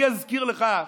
אני אזכיר לך,